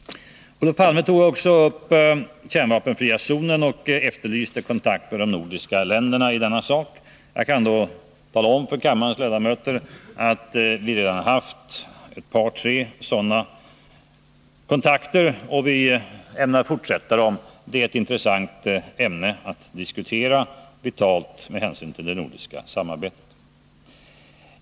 Olof Palme tog också upp frågan om den kärnvapenfria zonen och efterlyste kontakter mellan de nordiska länderna i denna sak. Jag kan då tala om för kammarens ledamöter att vi har haft ett par tre sådana kontakter, och vi ämnar fortsätta att ta liknande kontakter. Det är ett intressant ämne att diskutera, och det är vitalt för det nordiska samarbetet.